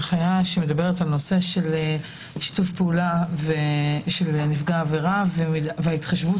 שמדברת על נושא של שיתוף פעולה של נפגע העבירה והתחשבות